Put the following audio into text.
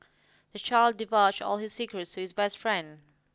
the child divulged all his secrets to his best friend